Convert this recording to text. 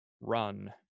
run